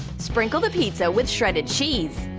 sprinkle the pizza with shredded cheese.